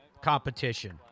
competition